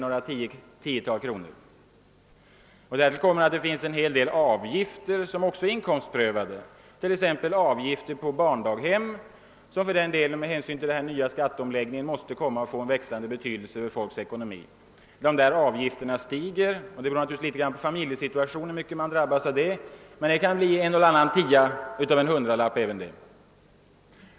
reduceras ytterligare med något tiotal kronor. Slutligen tillkommer en hel del inkomstprövade avgifter — t.ex. avgifterna vid barndaghem, som - efter skatteomläggningen kommer att få växande betydelse för människornas ekonomi. Hur mycket man kommer att drabbas av sådana avgiftshöjningar beror givetvis något på familjesituationen men kan betyda en eller annan tia av den extra intjänade hundralappen.